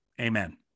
amen